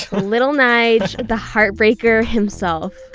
little nyge, the heartbreaker himself.